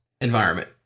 environment